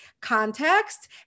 context